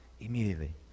Immediately